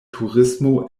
turismo